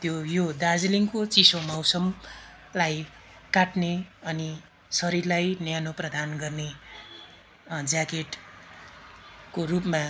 त्यो यो दार्जिलिङको चिसो मौसमलाई काट्ने अनि शरीरलाई न्यानो प्रदान गर्ने ज्याकेटको रूपमा